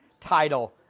title